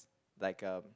like uh